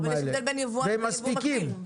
אבל יש הבדל בין יבואן לייבוא מקביל.